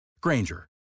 Granger